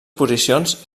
posicions